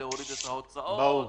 להוריד את ההוצאות -- ברור.